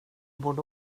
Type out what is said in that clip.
borde